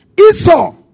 Esau